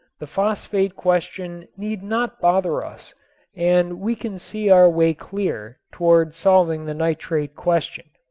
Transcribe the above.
the phosphate question need not bother us and we can see our way clear toward solving the nitrate question.